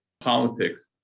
politics